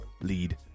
lead